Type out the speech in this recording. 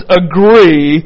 agree